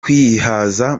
kwihaza